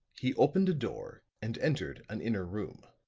he opened a door and entered an inner room.